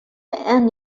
and